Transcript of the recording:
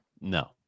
No